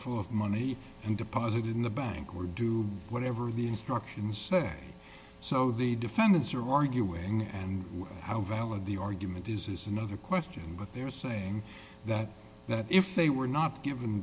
full of money and deposit it in the bank or do whatever the instructions say so the defendants are arguing and how valid the argument is is another question but they're saying that that if they were not given